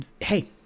hey